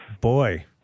Boy